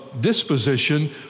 disposition